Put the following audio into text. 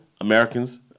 Americans